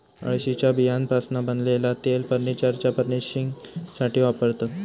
अळशीच्या बियांपासना बनलेला तेल फर्नीचरच्या फर्निशिंगसाथी वापरतत